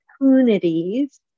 opportunities